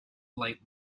light